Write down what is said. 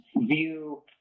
view